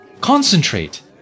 Concentrate